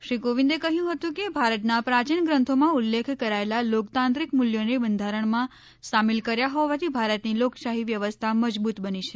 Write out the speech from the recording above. શ્રી કોવિંદે કહ્યું હતું કે ભારતના પ્રાચીન ગ્રંથોમાં ઉલ્લેખ કરાયેલા લોકતાંત્રિક મૂલ્યોને બંધારણમાં સામેલ કર્યા હોવાથી ભારતની લોકશાહી વ્યવસ્થા મજબૂત બની છે